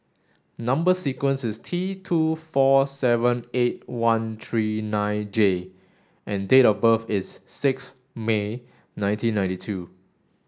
number sequence is T two four seven eight one three nine J and date of birth is six May nineteen ninety two